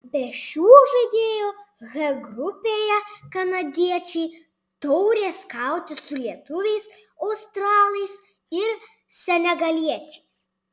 be šių žaidėjų h grupėje kanadiečiai turės kautis su lietuviais australais ir senegaliečiais